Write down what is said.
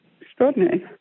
Extraordinary